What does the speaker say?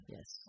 Yes